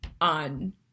on